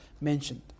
mentioned